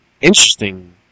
interesting